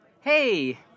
Hey